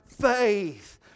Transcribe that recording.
faith